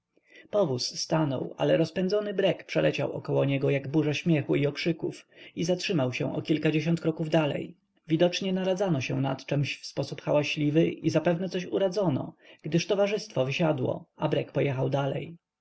stanął ale rozpędzony brek przeleciał około niego jak burza śmiechu i okrzyków i zatrzymał się o kilkadziesiąt kroków dalej widocznie naradzano się nad czemś w sposób hałaśliwy i zapewne coś uradzono gdyż towarzystwo wysiadło a brek pojechał dalej